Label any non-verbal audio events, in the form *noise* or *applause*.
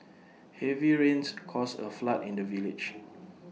heavy rains caused A flood in the village *noise*